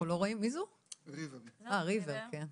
אז ככה,